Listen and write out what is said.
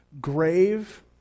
grave